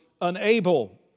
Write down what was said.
unable